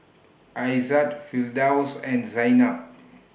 Aizat Firdaus and Zaynab